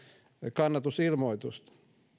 kannatusilmoitusta